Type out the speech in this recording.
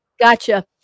Gotcha